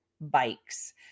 bikes